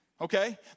Okay